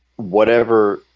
whatever